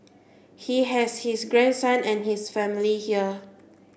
he has his grandson and his family here